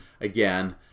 again